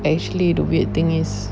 actually the weird thing is